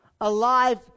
alive